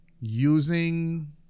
using